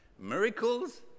Miracles